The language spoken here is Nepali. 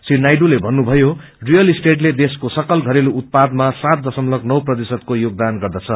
श्री नायहूले भन्नुभो रियल स्टेटले देश्को सकल घरेलू उत्पादमा सात दशमलव नौ प्रतिशतको योगदान गर्दछ